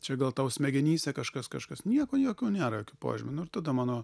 čia gal tau smegenyse kažkas kažkas nieko jokio nėra jokių požymių nu ir tada mano